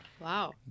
Wow